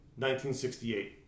1968